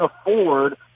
afford